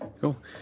Cool